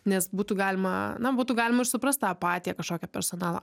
nes būtų galima na būtų galima ir suprasti tą patį kažkokią personalo